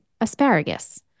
asparagus